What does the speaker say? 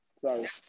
Sorry